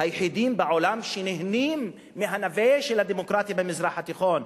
היחידים בעולם שנהנים מהנווה של הדמוקרטיה במזרח התיכון.